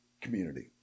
community